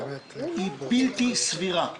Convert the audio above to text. הן בלתי סבירות.